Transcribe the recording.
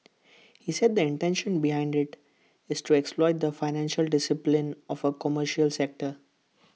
he said the intention behind IT is to exploit the financial discipline of A commercial sector